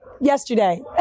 yesterday